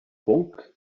bwnc